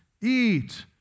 eat